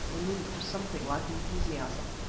were moved to something like enthusiasm.